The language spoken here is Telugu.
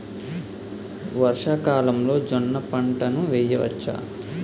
వర్షాకాలంలో జోన్న పంటను వేయవచ్చా?